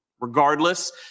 Regardless